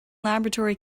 laboratory